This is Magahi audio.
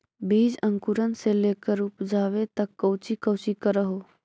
बीज अंकुरण से लेकर उपजाबे तक कौची कौची कर हो?